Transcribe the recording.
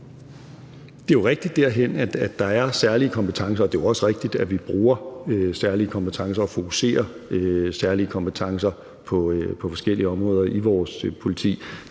Det er jo rigtig derhen, at der er særlige kompetencer, og det er jo også rigtigt, at vi bruger særlige kompetencer og fokuserer særlige kompetencer på forskellige områder i vores politi.